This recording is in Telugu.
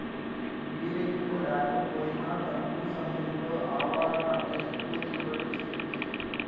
నీరెక్కువ లేకపోయినా తక్కువ సమయంలో ఆవాలు పంట ఎక్కువ దిగుబడిని ఇచ్చింది